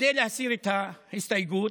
כדי להסיר את ההסתייגות,